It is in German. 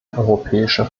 europäischer